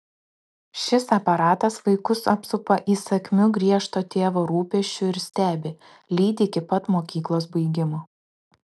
šis aparatas vaikus apsupa įsakmiu griežto tėvo rūpesčiu ir stebi lydi iki pat mokyklos baigimo